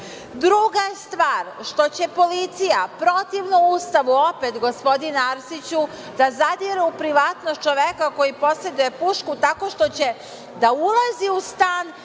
redu. Druga stvar što će policija protivno Ustavu opet, gospodine Arsiću, da zadire u privatnost čoveka koji poseduje pušku tako što će da ulazi u stan